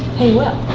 hey, will.